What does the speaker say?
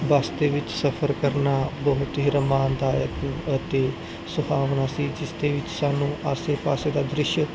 ਬੱਸ ਦੇ ਵਿੱਚ ਸਫਰ ਕਰਨਾ ਬਹੁਤ ਹੀ ਰਮਾਨਦਾਇਕ ਅਤੇ ਸੁਹਾਵਣਾ ਸੀ ਜਿਸ ਦੇ ਵਿੱਚ ਸਾਨੂੰ ਆਸੇ ਪਾਸੇ ਦਾ ਦ੍ਰਿਸ਼